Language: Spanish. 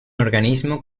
organismo